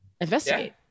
investigate